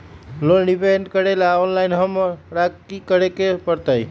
Loan repayment करेला online हमरा की करे के परतई?